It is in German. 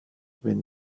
wenn